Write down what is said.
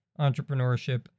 entrepreneurship